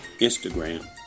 Instagram